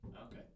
Okay